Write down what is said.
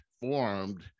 formed